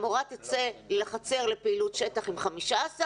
המורה תצא לחצר לפעילות שטח עם 15 תלמידים